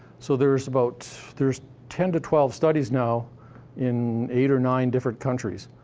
so there's about there's ten to twelve studies now in eight or nine different countries